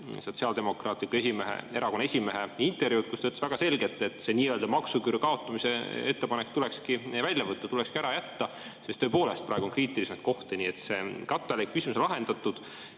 Sotsiaaldemokraatliku Erakonna esimehe intervjuud, kus ta ütles väga selgelt, et see nii-öelda maksuküüru kaotamise ettepanek tulekski välja võtta, tulekski ära jätta, sest tõepoolest on praegu kriitilisemaid kohti. Nii et see katteallika küsimus on lahendatud.